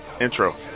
Intro